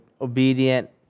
obedient